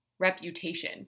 reputation